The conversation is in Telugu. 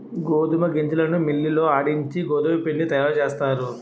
గోధుమ గింజలను మిల్లి లో ఆడించి గోధుమపిండి తయారుచేస్తారు